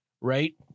right